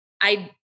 I-